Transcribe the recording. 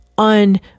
On